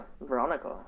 Veronica